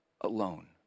alone